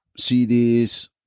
CDs